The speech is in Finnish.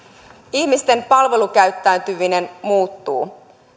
ihmisten palvelukäyttäytyminen muuttuu